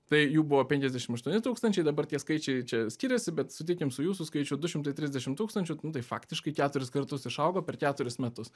tai jų buvo penkiasdešim aštuoni tūkstančiai dabar tie skaičiai čia skiriasi bet sutikim su jūsų skaičiu du šimtai trisdešim tūkstančių nu tai faktiškai keturis kartus išaugo per keturis metus